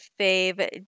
fave